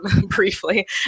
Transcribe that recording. briefly